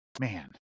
man